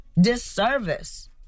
disservice